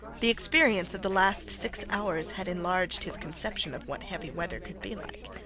the experience of the last six hours had enlarged his conception of what heavy weather could be like.